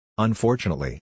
Unfortunately